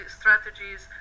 strategies